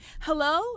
hello